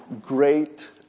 great